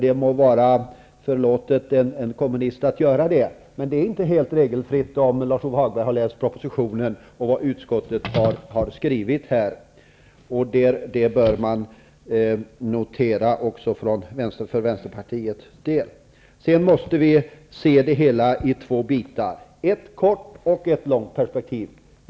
Det må vara en kommunist förlåtet att göra det. Men det är inte helt regelfritt. Det ser Lars-Ove Hagberg om han läser propositionen och vad utskottet har skrivit. Det bör också Vänsterpartiet notera. Vi måste se detta på två sätt.